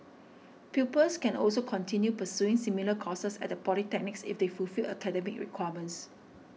pupils can also continue pursuing similar courses at the polytechnics if they fulfil academic requirements